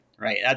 Right